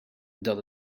dat